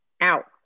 out